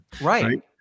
Right